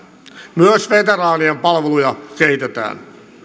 myös veteraanien palveluja kehitetään